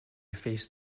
face